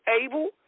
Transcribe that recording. able